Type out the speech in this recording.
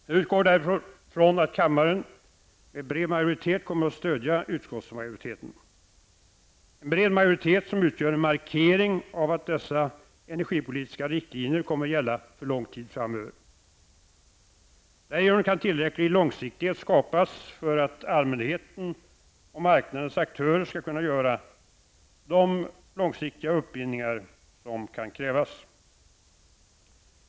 Jag utgår därför från att kammaren med bred majoritet kommer att stödja utskottsmajoriteten. Det är en bred majoritet som utgör en markering av att dessa energipolitiska riktlinjer kommer att gälla för lång tid framöver. Därigenom kan tillräcklig långsiktighet skapas för att allmänheten och marknadens aktörer skall kunna göra de långsiktiga uppbindningar som kan krävas.